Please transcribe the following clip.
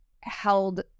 held